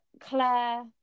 Claire